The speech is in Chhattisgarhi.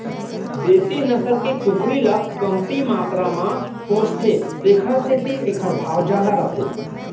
देसी नसल के कुकरी ल कमती मातरा म पोसथें तेकर सेती एकर भाव जादा रथे